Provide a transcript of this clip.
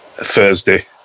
Thursday